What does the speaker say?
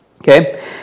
okay